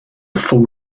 full